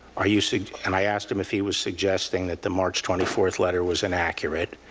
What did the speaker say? are you so and i asked him if he was suggesting that the march twenty four letter was inaccurate.